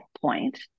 point